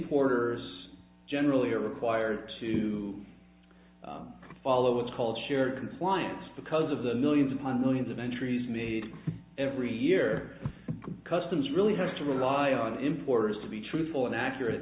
importers generally are required to follow what's called share compliance because of the millions upon millions of entries made every year customs really have to rely on importers to be truthful and accurate